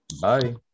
Bye